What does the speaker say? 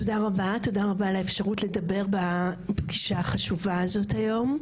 תודה רבה על האפשרות לדבר פה בפגישה החשובה הזאת היום.